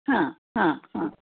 हां हां हां